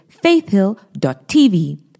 faithhill.tv